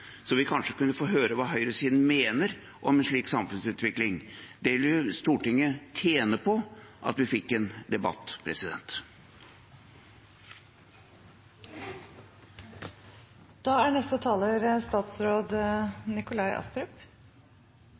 så vi kanskje kunne få høre hva høyresiden mener om en slik samfunnsutvikling. Det ville Stortinget tjene på at vi fikk en debatt